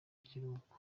ikiruhuko